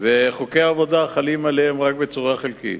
וחוקי העבודה חלים עליהם רק בצורה חלקית.